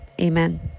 amen